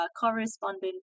correspondent